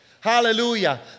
Hallelujah